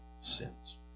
sins